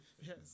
Yes